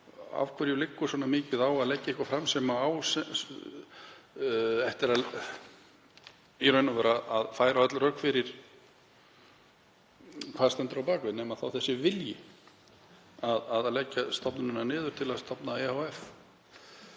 Af hverju liggur svona mikið á að leggja eitthvað fram sem á eftir að færa öll rök fyrir hvað standi á bak við, nema þá vilji til að leggja stofnunina niður til að stofna